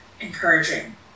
encouraging